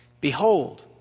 Behold